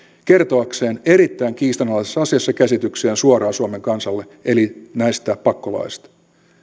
kertoakseen erittäin kiistanalaisesta asiasta käsityksiään suoraan suomen kansalle eli näistä pakkolaeista